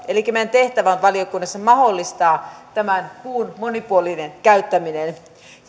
elikkä meidän tehtävämme on valiokunnassa mahdollistaa puun monipuolinen käyttäminen